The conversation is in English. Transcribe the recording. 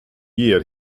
year